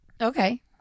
Okay